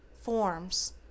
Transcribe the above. forms